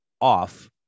off